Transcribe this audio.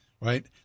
Right